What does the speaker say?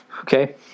Okay